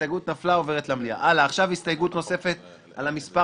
הצבעה בעד ההסתייגות מיעוט נגד, רוב נמנעים